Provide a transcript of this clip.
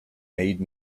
made